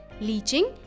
leaching